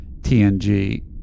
TNG